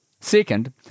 Second